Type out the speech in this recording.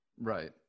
Right